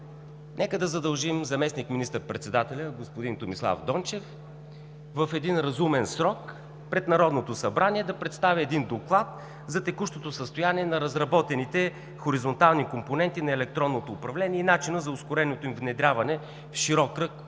нека да задължим заместник министър-председателя – господин Томислав Дончев, в един разумен срок пред Народното събрание да представи един доклад за текущото състояние на разработените хоризонтални компоненти на електронното управление и начина за ускореното им внедряване в широк кръг